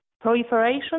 proliferation